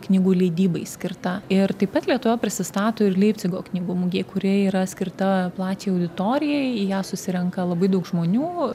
knygų leidybai skirta ir taip pat lietuva prisistato ir leipcigo knygų mugėj kuri yra skirta plačiai auditorijai į ją susirenka labai daug žmonių